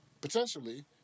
potentially